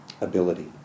ability